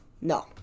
No